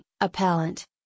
appellant